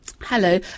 Hello